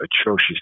atrocious